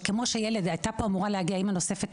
היתה אמורה להגיע לפה אימא נוספת,